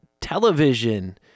television